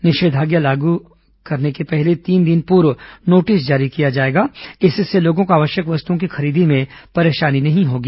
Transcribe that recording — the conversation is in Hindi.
निषेधाज्ञा आदेश लागू करने के पहले तीन दिन पूर्व नोटिस जारी किया जाएगा इससे लोगों को आवश्यक वस्तुओं की खरीदी में परेशानी नहीं होगी